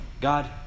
God